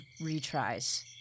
retries